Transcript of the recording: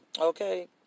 Okay